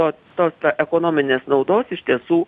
o tos ekonominės naudos iš tiesų